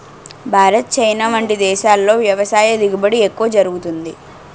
Bharat, China వంటి దేశాల్లో వ్యవసాయ దిగుబడి ఎక్కువ జరుగుతుంది